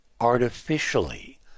artificially